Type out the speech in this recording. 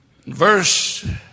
Verse